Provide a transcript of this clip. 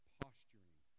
posturing